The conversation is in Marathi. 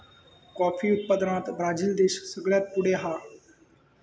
कॉफी उत्पादनात ब्राजील देश सगळ्यात पुढे हा